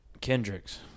Kendricks